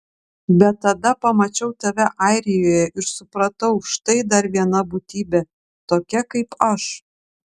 bet tada pamačiau tave airijoje ir supratau štai dar viena būtybė tokia kaip aš